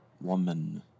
Woman